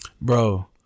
bro